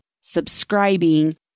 subscribing